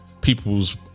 people's